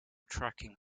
tracking